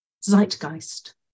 Zeitgeist